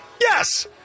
Yes